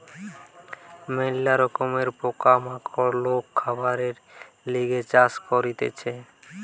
ম্যালা রকমের পোকা মাকড় লোক খাবারের লিগে চাষ করতিছে